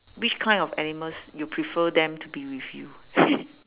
which kind of animals you prefer them to be with you